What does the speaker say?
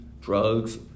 drugs